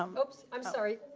um oops, i'm sorry.